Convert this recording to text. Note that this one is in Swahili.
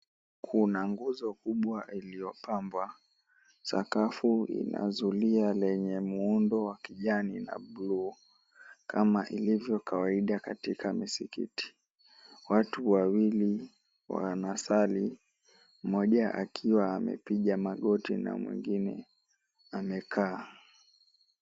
Kuna nguzo kubwa iliyopambwa, sakafu ina zuilia lenye muundo wa kijani na buluu, kama ilivyo kawaida katika misikiti. Watu wawili wanasali, mmoja akiwa amepiga magoti na mwingine amekaa.